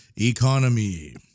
economy